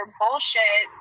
bullshit